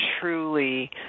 truly